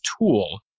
tool